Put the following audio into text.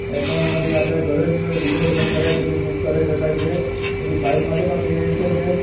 એકાઉન્ટમાંથી આપણે ઘરે જ રીઝર્વેસન કરાવી ટિકિટ બૂક કરાવી શકાય છે પછી ફ્લાઇટ માટે પણ તેવી રીતે છે